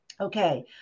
Okay